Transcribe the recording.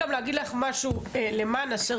שמקיימים את זה בתוך הציון עצמו ויש להם כללים ספציפיים,